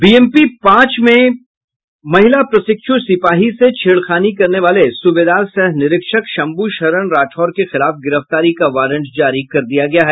BMP पांच में प्रशिक्षु महिला सिपाही छेड़खानी करने वाले सूबेदार सह निरीक्षक शंभू शरण राठौर के खिलाफ गिरफ्तारी का वारंट जारी कर दिया गया है